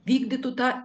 vykdytų tą